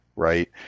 Right